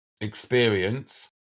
experience